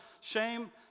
shame